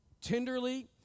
tenderly